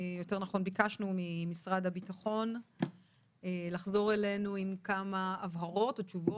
יותר נכון ביקשנו ממשרד הביטחון לחזור אלינו עם כמה הבהרות או תשובות,